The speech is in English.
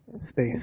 space